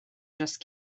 just